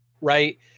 Right